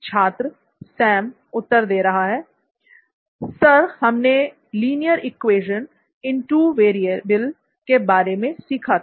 छात्र उत्तर दे रहा है सर हमने linear equation in two variable के बारे में सीखा था